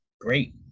great